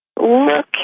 look